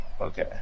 Okay